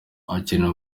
hakenewe